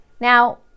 Now